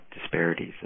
disparities